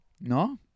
No